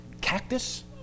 cactus